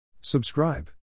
Subscribe